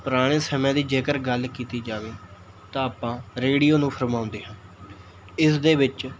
ਪੁਰਾਣੇ ਸਮੇਂ ਦੀ ਜੇਕਰ ਗੱਲ ਕੀਤੀ ਜਾਵੇ ਤਾਂ ਆਪਾਂ ਰੇਡੀਓ ਨੂੰ ਫਰਮਾਉਂਦੇ ਹਾਂ ਇਸ ਦੇ ਵਿੱਚ